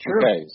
True